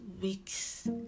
week's